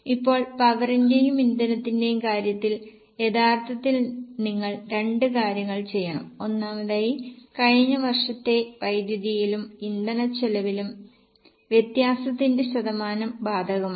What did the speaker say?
ഇപ്പോൾ പവറിന്റെയും ഇന്ധനത്തിന്റെയും കാര്യത്തിൽ യഥാർത്ഥത്തിൽ നിങ്ങൾ 2 കാര്യങ്ങൾ ചെയ്യണം ഒന്നാമതായി കഴിഞ്ഞ വർഷത്തെ വൈദ്യുതിയിലും ഇന്ധനച്ചെലവിലും വ്യത്യാസത്തിന്റെ ശതമാനം ബാധകമാണ്